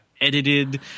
edited